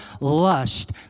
lust